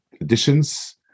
additions